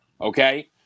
okay